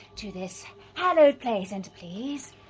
to this hallowed place! enter, please!